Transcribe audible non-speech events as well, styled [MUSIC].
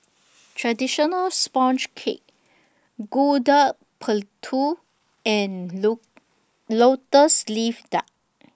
[NOISE] Traditional Sponge Cake Gudeg Putih and [UNINTELLIGIBLE] Lotus Leaf Duck